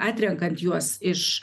atrenkant juos iš